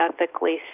ethically